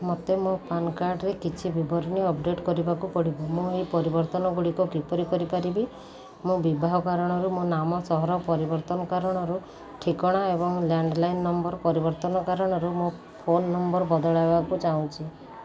ମୋତେ ମୋ ପାନ୍ କାର୍ଡ଼ରେ କିଛି ବିବରଣୀ ଅପଡ଼େଟ୍ କରିବାକୁ ପଡ଼ିବ ମୁଁ ଏହି ପରିବର୍ତ୍ତନ ଗୁଡ଼ିକ କିପରି କରିପାରିବି ମୁଁ ବିବାହ କାରଣରୁ ମୋ ନାମ ସହର ପରିବର୍ତ୍ତନ କାରଣରୁ ଠିକଣା ଏବଂ ଲ୍ୟାଣ୍ଡ ଲାଇନ୍ ନମ୍ବର ପରିବର୍ତ୍ତନ କାରଣରୁ ମୋ ଫୋନ ନମ୍ବର ବଦଳାଇବାକୁ ଚାହୁଁଛି